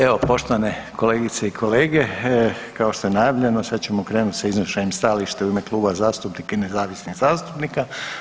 Evo, poštovane kolegice i kolege, kao što je najavljeno, sad ćemo krenuti s iznošenjem stajališta u ime kluba zastupnika i nezavisnih zastupnika.